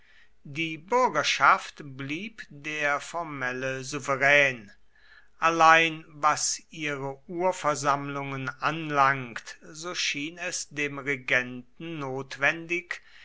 die bürgerschaft blieb der formelle souverän allein was ihre urversammlungen anlangt so schien es dem regenten notwendig